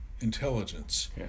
intelligence